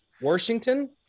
Washington